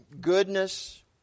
goodness